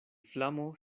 flamo